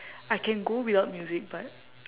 I can go without music but